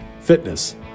fitness